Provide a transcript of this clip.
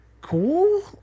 cool